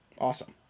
Awesome